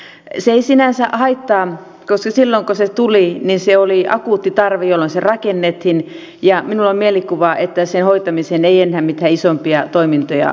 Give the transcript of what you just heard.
se ei sinänsä haittaa koska silloin kun se tuli ja se rakennettiin oli akuutti tarve ja minulla on mielikuva että sen hoitamiseen ei enää mitään isompia toimintoja tarvita